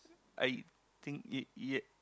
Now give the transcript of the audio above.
I think ya ya